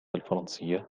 الفرنسية